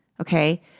Okay